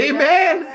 Amen